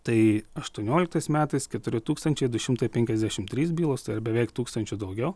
tai aštuonioliktais metais keturi tūkstančiai du šimtai penkiasdešimt trys bylos tai ar beveik tūkstančiu daugiau